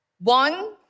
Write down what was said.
One